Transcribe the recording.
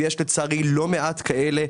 ויש לצערי לא מעט כאלה,